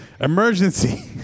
emergency